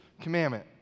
commandment